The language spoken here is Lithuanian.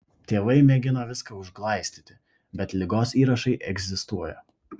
tėvai mėgino viską užglaistyti bet ligos įrašai egzistuoja